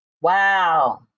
Wow